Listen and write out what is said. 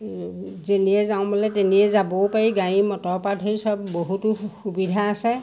যেনিয়ে যাওঁ বুলিলে তেনিয়ে যাবও পাৰি গাড়ী মটৰৰ পৰা ধৰি সব বহুতো সুবিধা আছে